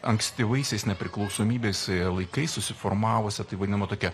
ankstyvaisiais nepriklausomybės laikais susiformavusią taip vadinama tokia